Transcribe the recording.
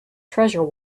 treasure